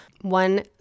One